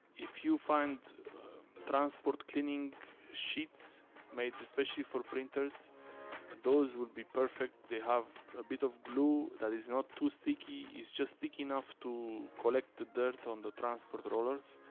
if you find transport cleaning sheets made especially for printers those will be perfect, they have a bit of glue that is not too sticky. it's just sticky enough to collect the dirt on the transport rollers.